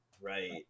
right